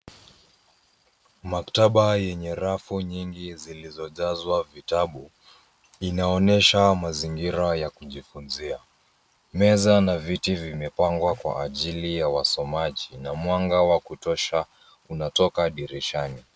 Maktaba yenye rafu nyingi zilizojazwa vitabu, inaonyesha mazingira ya kujifunzia. Meza na viti vimepangwa kwa ajili ya wasomaji, na mwanga wa kutosha unatoka dirishani.